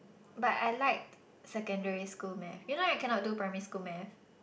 but I like secondary school maths you know I cannot do primary school maths